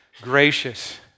gracious